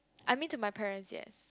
I mean to my parents yes